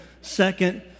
second